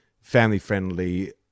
family-friendly